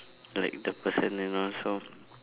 like the person then so